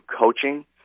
coaching